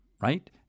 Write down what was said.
right